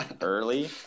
early